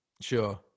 Sure